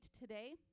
today